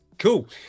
Cool